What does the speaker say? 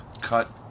Cut